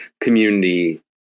community